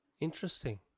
Interesting